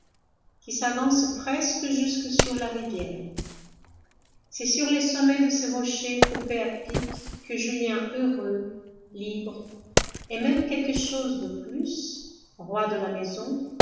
qui s'avancent presque jusque sur la rivière c'est sur les sommets de ces rochers coupés à pic que julien heureux libre et même quelque chose de plus roi de la maison